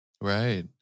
Right